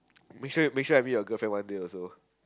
make sure make sure I meet your girlfriend one day also